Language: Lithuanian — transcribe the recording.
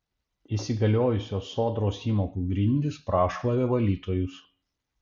įsigaliojusios sodros įmokų grindys prašlavė valytojus